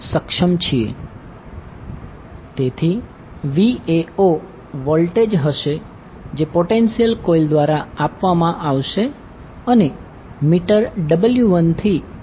તેથી Vao voltage હશે જે પોટેન્શિયલ કોઇલ દ્વારા આપવામાં આવશે અને મીટર W1થી કુલ પાવર મળશે